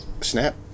snap